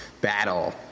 battle